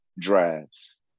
drives